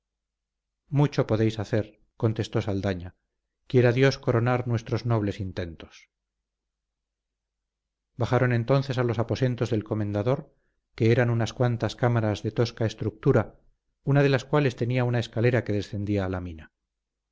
mucho podéis hacer contestó saldaña quiera dios coronar nuestros nobles intentos bajaron entonces a los aposentos del comendador que eran unas cuantas cámaras de tosca estructura una de las cuales tenía una escalera que descendía a la mina